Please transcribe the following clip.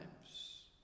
times